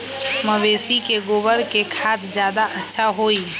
मवेसी के गोबर के खाद ज्यादा अच्छा होई?